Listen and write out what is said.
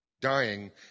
dying